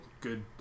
good